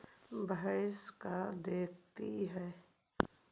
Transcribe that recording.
भैंस का देती है?